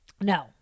No